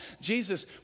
Jesus